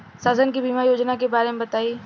शासन के बीमा योजना के बारे में बताईं?